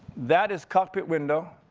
that is cockpit window,